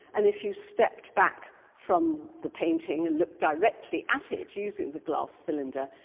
and if you stepped back from the painting and looked directly at it using the glass cylinder,